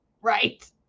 right